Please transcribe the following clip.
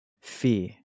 Fear